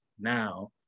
now